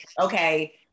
okay